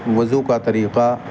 وضو کا طریقہ